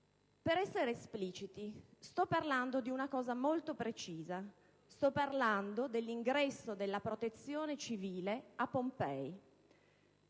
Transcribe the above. Per essere espliciti, sto parlando di una cosa molto precisa: l'ingresso della Protezione civile a Pompei.